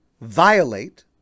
violate